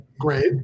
Great